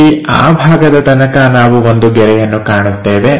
ಅಲ್ಲಿ ಆ ಭಾಗದ ತನಕ ನಾವು ಒಂದು ಗೆರೆಯನ್ನು ಕಾಣುತ್ತೇವೆ